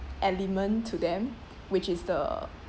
element to them which is the